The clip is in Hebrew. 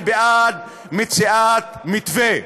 אני בעד מציאת מתווה.